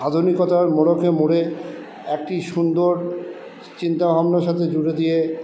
আধুনিকতার মোড়কে মুড়ে একটি সুন্দর চিন্তা ভাবনার সাথে জুড়ে দিয়ে